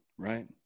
Right